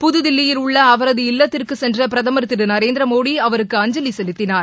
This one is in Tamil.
புததில்லியில் உள்ள அவரது இல்லத்திற்கு சென்ற பிரதமர் திரு நரேந்திரமோடி அஞ்சலி செலுத்தினார்